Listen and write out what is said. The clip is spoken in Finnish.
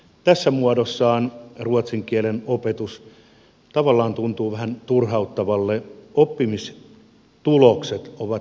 tässä muodossaan ruotsin kielen opetus tavallaan tuntuu vähän turhauttavalle oppimistulokset ovat niin huonot